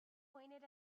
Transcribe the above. pointed